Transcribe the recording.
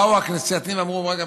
באו הכנסייתיים ואמרו: רגע,